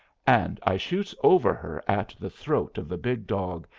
and i shoots over her at the throat of the big dog,